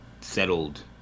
settled